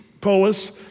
polis